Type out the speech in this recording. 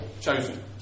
chosen